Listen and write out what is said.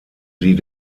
sie